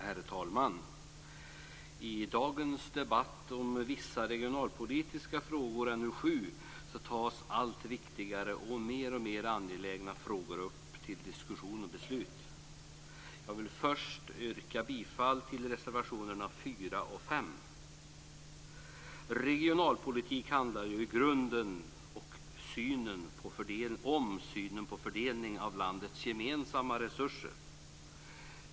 Herr talman! I dagens debatt om vissa regionalpolitiska frågor, betänkande NU7, tas allt viktigare och mer och mer angelägna frågor upp för diskussion och beslut. Jag vill först yrka bifall till reservationerna 4 och Regionalpolitik handlar ju i grunden om synen på fördelningen av landets gemensamma resurser.